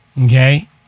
Okay